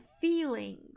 feelings